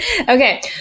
Okay